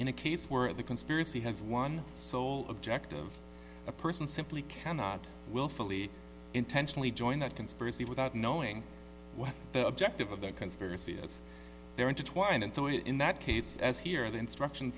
in a case where the conspiracy has one sole objective a person simply cannot willfully intentionally join that conspiracy without knowing what the objective of the conspiracy is they're intertwined and so in that case as here are the instructions